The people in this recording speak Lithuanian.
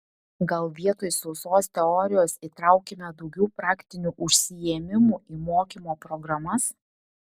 gal vietoj sausos teorijos įtraukime daugiau praktinių užsiėmimų į mokymo programas